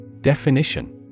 Definition